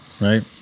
Right